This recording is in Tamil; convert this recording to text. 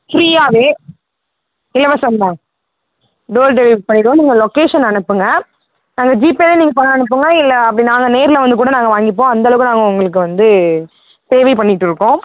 ஃப்ரீயாகவே இலவசம் தான் டோர் டெலிவரி பண்ணிவிடுவோம் நீங்கள் லொக்கேஷன் அனுப்புங்க ஜிபேலேயே நீங்கள் பணம் அனுப்புங்க இல்லை அப்படி நாங்கள் நேரில் வந்து கூட நாங்கள் வாங்கிப்போம் அந்தளவுக்கு நாங்கள் உங்களுக்கு வந்து சேவை பண்ணிகிட்டு இருக்கோம்